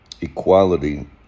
equality